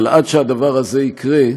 אבל עד שהדבר הזה יקרה,